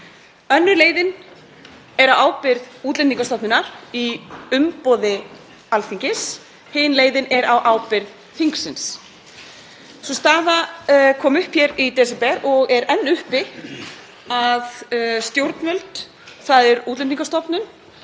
Önnur leiðin er á ábyrgð Útlendingastofnunar í umboði Alþingis, hin leiðin er á ábyrgð þingsins. Sú staða kom upp hér í desember og er enn uppi að stjórnvöld, þ.e. Útlendingastofnun